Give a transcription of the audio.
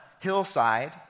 hillside